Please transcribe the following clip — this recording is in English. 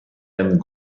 and